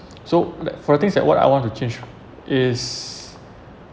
so like for the things that what I want to change is